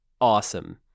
awesome